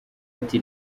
ati